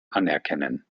anerkennen